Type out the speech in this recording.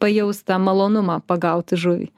pajaust tą malonumą pagauti žuvį